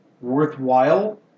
worthwhile